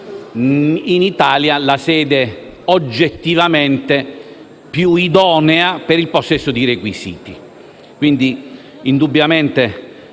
in Italia la sede oggettivamente più idonea in termini di requisiti